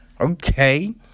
Okay